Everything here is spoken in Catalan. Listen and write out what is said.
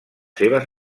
seves